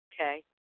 okay